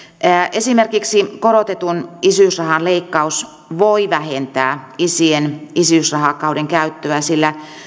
esimerkiksi korotetun isyysrahan leikkaus voi vähentää isien isyysrahakauden käyttöä sillä